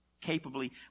capably